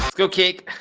go cake